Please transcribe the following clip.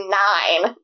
nine